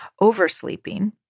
oversleeping